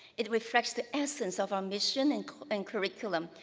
it reflects the essence of our mission and and curriculum,